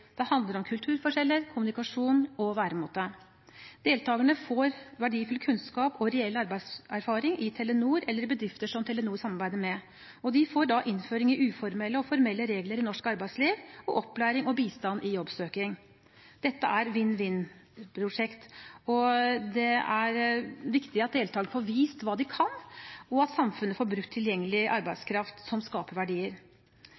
Det handler om kulturforskjeller, kommunikasjon og væremåte. Deltakerne får verdifull kunnskap og reell arbeidserfaring i Telenor eller i bedrifter som Telenor samarbeider med, og de får innføring i uformelle og formelle regler i norsk arbeidsliv og opplæring og bistand i jobbsøking. Dette er et vinn-vinn-prosjekt, og det er viktig at deltakerne får vist hva de kan, og at samfunnet får brukt tilgjengelig